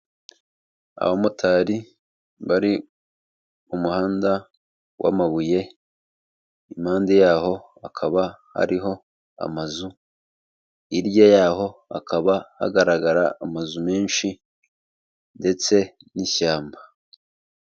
Abamotari bari umuhanda w'amabuye, impande yaho akaba ari amazu, hirya y'aho hakaba hagaragara amazu menshi ndetse n'ishyamba.